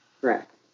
correct